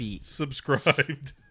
subscribed